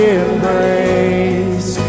embrace